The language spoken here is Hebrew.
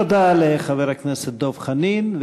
תודה לחבר הכנסת דב חנין.